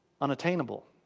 unattainable